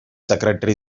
secretary